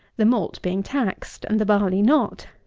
the malt being taxed and the barley not!